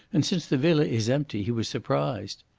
and since the villa is empty he was surprised.